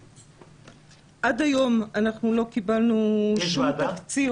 עד היום לא קיבלנו שום תקציב --- יש ועדה?